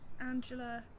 Angela